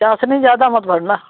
चाशनी ज़्यादा मत भरना